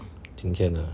今天 ah